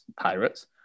Pirates